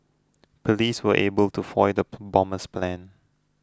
police were able to foil the bomber's plans